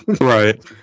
Right